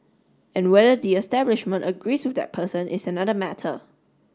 and whether the establishment agrees with that person is another matter